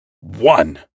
one